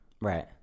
Right